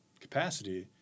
capacity